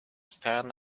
stand